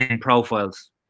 Profiles